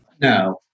No